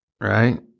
right